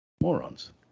morons